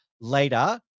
later